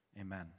Amen